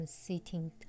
sitting